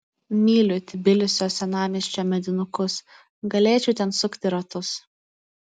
myliu tbilisio senamiesčio medinukus galėčiau ten sukti ratus